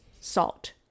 salt